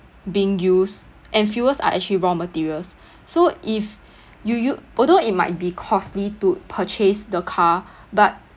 being used and fuels are actually raw materials so if you u~ although it might be costly to purchase the car but